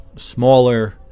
smaller